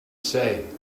say